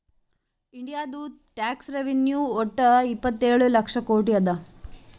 ಇಂಡಿಯಾದು tax revenue ವಟ್ಟ ಇಪ್ಪತ್ತೇಳು ಲಕ್ಷ ಕೋಟಿ ಅದಾ